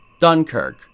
Dunkirk